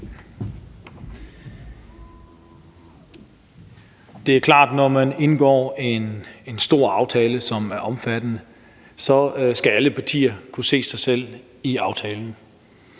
Det er klart, at når man indgår en stor aftale, som er så omfattende, skal alle partier kunne se sig selv i aftalen.